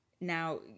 Now